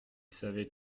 savait